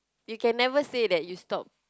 you can never say that you stop